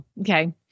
Okay